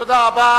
תודה רבה.